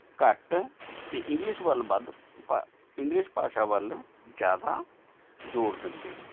ਘੱਟ 'ਤੇ ਇੰਗਲਿਸ਼ ਵੱਲ ਵੱਧ ਪਰ ਇੰਗਲਿਸ਼ ਭਾਸ਼ਾ ਵੱਲ ਜ਼ਿਆਦਾ ਜ਼ੋਰ ਦਿੰਦੇ ਨੇ